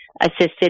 assisted